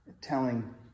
telling